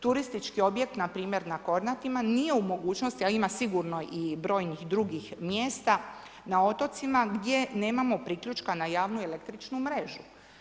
Turistički objekt npr. na Kornatima nije u mogućnosti, a ima sigurno i brojnih drugih mjesta na otocima gdje nemamo priključka na javnu električnu mrežu.